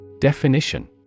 Definition